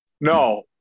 No